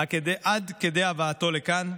עד כדי הבאתו לכאן.